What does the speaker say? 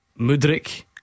Mudrik